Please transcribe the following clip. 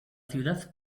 ciudad